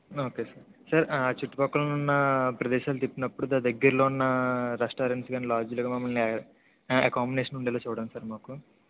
okay sir sir ఆ చుట్టు పక్కలున్న ప్రదేశాలు తిప్పినప్పుడు దాని దగ్గరలో ఉన్న రెస్టారెంట్లో కాని లాడ్జ్లో కాని మమ్మల్ని ఎకామిడేషన్ ఉండేలా చూడండి సార్ మాకు